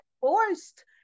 forced